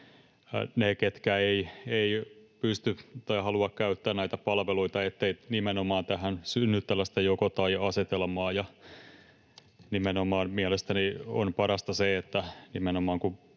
ne, ketkä eivät pysty tai halua käyttää näitä palveluita, ettei tähän nimenomaan synny tällaista joko—tai-asetelmaa. Mielestäni on parasta se, että kun